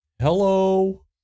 Hello